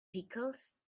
pickles